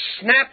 snap